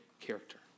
character